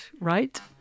right